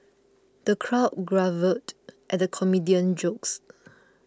the crowd guffawed at the comedian's jokes